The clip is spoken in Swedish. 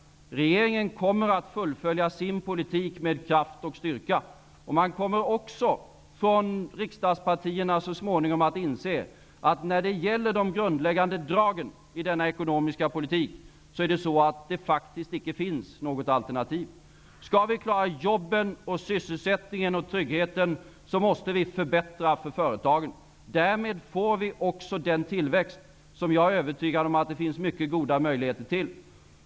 Regeringen kommer att fullfölja sin politik med kraft och styrka. Så småningom kommer man i riksdagspartierna att inse att när det gäller de grundläggande dragen i denna ekonomiska politik finns det faktiskt inte något alternativ. Om vi skall klara jobben, sysselsättningen och tryggheten måste vi förbättra för företagen. Därmed får vi den tillväxt som jag är övertygad om att det finns mycket goda möjligheter till.